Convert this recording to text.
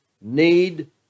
need